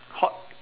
hot